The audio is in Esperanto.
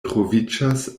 troviĝas